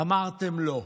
אמרתם לא,